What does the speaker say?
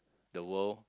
the world